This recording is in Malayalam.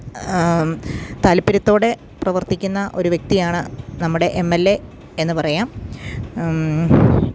താല്പര്യത്തോടെ പ്രവർത്തിക്കുന്ന ഒരു വ്യക്തിയാണ് നമ്മുടെ എം എൽ എ എന്നു പറയാം